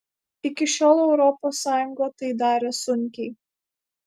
iki šiol europos sąjunga tai darė sunkiai